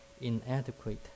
inadequate